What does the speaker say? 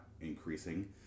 increasing